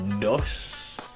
dos